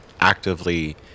actively